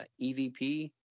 EVP